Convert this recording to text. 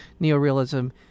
Neorealism